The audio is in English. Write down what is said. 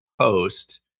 Post